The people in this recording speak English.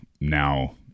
now